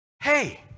Hey